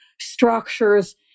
structures